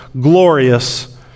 glorious